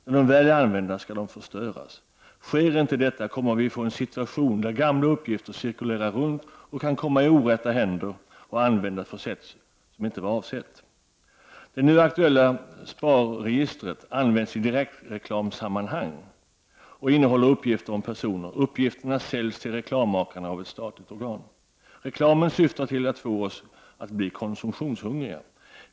När de väl är använda skall de förstöras. Sker icke detta kommer vi att få en situation där gamla uppgifter cirkulerar runt och kan komma i orätta händer och användas på sätt som inte vara avsett. Det nu aktuella SPAR-registret används i direktreklamsammanhang och innehåller uppgifter om personer. Uppgifterna säljs till reklammakarna av ett statligt organ. Reklamen syftar till att få oss konsumtionshungriga.